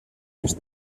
les